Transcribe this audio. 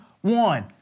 one